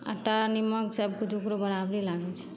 आटा निमक सबकिछु ओकरो बराबरे लागैत छै